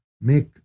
make